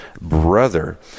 brother